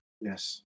Yes